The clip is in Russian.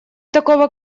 такого